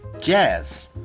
Jazz